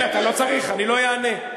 אתה לא צריך, אני לא אענה.